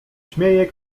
śmieje